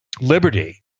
liberty